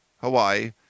Hawaii